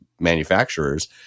manufacturers